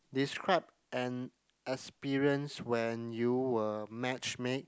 describe an experience when you were matchmake